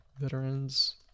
veterans